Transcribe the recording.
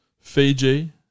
Fiji